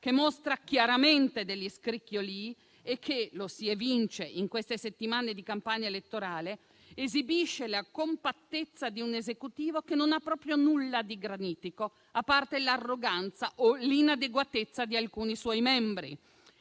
che mostra chiaramente degli scricchiolii e che - lo si evince in queste settimane di campagna elettorale - esibisce la compattezza di un Esecutivo che non ha proprio nulla di granitico, a parte l'arroganza o l'inadeguatezza di alcuni suoi membri.